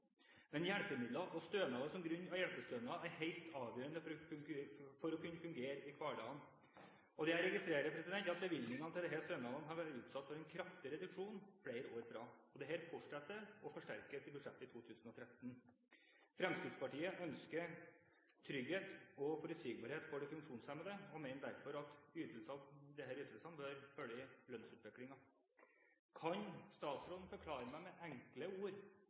Men hjelpemidler og stønader, som grunn- og hjelpestønad, er helt avgjørende for å kunne fungere i hverdagen. Jeg registrerer at bevilgningene til disse stønadene har blitt utsatt for en kraftig reduksjon flere år på rad, og dette fortsetter – og forsterkes – i budsjettet for 2013. Fremskrittspartiet ønsker trygghet og forutsigbarhet for de funksjonshemmede og mener derfor at disse ytelsene bør følge lønnsutviklingen. Kan statsråden forklare meg med enkle ord